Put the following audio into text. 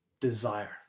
desire